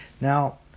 Now